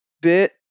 bit